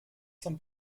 zum